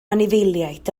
anifeiliaid